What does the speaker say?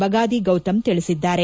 ಬಗಾದಿ ಗೌತಮ್ ತಿಳಿಸಿದ್ದಾರೆ